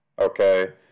Okay